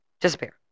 Disappear